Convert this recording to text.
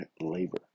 labor